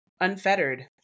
unfettered